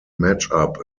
matchup